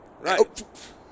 right